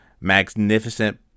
magnificent